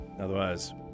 otherwise